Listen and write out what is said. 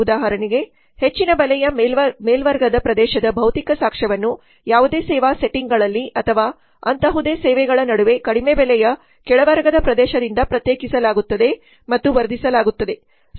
ಉದಾಹರಣೆಗೆ ಹೆಚ್ಚಿನ ಬೆಲೆಯ ಮೇಲ್ವರ್ಗದ ಪ್ರದೇಶದ ಭೌತಿಕ ಸಾಕ್ಷ್ಯವನ್ನು ಯಾವುದೇ ಸೇವಾ ಸೆಟ್ಟಿಂಗ್ಗಳಲ್ಲಿ ಅಥವಾ ಅಂತಹುದೇ ಸೇವೆಗಳ ನಡುವೆ ಕಡಿಮೆ ಬೆಲೆಯ ಕೆಳವರ್ಗದ ಪ್ರದೇಶದಿಂದ ಪ್ರತ್ಯೇಕಿಸಲಾಗುತ್ತದೆ ಮತ್ತು ವರ್ಧಿಸಲಾಗುತ್ತದೆ